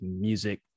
music